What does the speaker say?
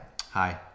Hi